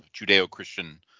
Judeo-Christian